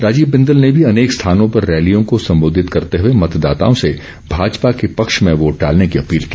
राजीव बिंदल ने भी अनेक स्थानों पर रैलियों को संबोधित करते हुए मतदाताओं से भाजपा के पक्ष में वोट डालने की अपील की